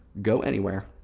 go anywhere.